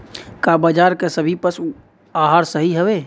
का बाजार क सभी पशु आहार सही हवें?